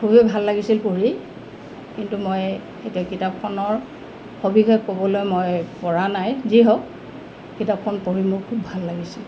খুবেই ভাল লাগিছিল পঢ়ি কিন্তু মই এতিয়া কিতাপখনৰ সবিশেষ ক'বলৈ মই পৰা নাই যি হওক কিতাপখন পঢ়ি মোৰ খুব ভাল লাগিছিল